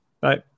Bye